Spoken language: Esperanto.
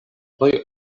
plej